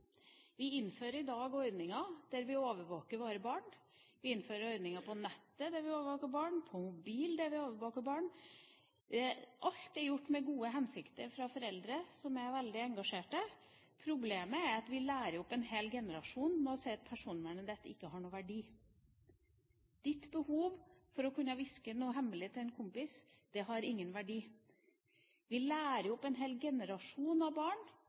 Vi innfører i dag ordninger der vi overvåker våre barn. Vi innfører ordninger på nettet der vi overvåker barn, på mobil der vi overvåker barn. Alt er gjort med gode hensikter fra foreldre som er veldig engasjerte. Problemet er at vi lærer opp en hel generasjon til å si at personvernet ikke har noen verdi – ditt behov for å kunne hviske noe hemmelig til en kompis har ingen verdi. Vi lærer opp en hel generasjon av barn